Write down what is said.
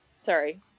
Sorry